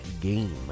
game